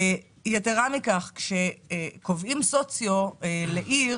יתרה מכך, כשקובעים מדד סוציו-אקונומי לעיר